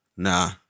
Nah